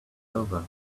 over